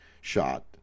shot